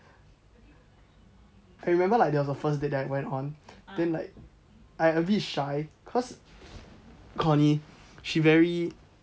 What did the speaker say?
I remember like that was the first date that I went on then like I a bit shy cause cony she very